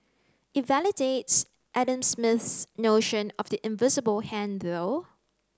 it validates Adam Smith's notion of the invisible hand though